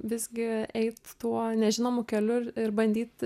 visgi eit tuo nežinomu keliu ir bandyt